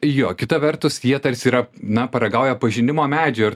jo kita vertus jie tarsi yra na paragauja pažinimo medžio ir